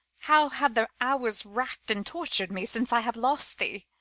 how have the hours rack'd and tortur'd me, since i have lost thee!